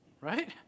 right